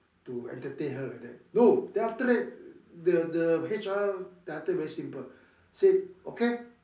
to entertain her like that no then after that the the H_R I tell you very simple say okay